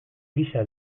gisa